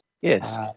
Yes